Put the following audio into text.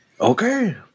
okay